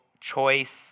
choice